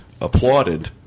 applauded